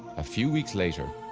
a few weeks later,